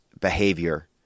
behavior